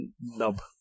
nub